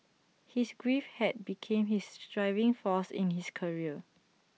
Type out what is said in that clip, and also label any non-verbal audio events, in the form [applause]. his grief had became his [noise] driving force in his career